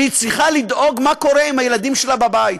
שהיא צריכה לדאוג מה קורה עם הילדים שלה בבית.